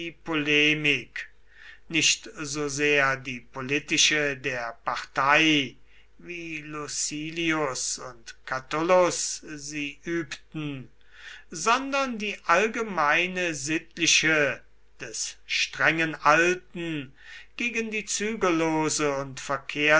polemik nicht so sehr die politische der partei wie lucilius und catullus sie übten sondern die allgemeine sittliche des strengen alten gegen die zügellose